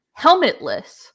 helmetless